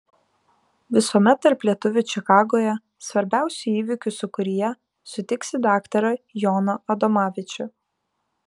visuomet tarp lietuvių čikagoje svarbiausių įvykių sūkuryje sutiksi daktarą joną adomavičių